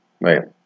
right